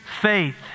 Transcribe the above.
faith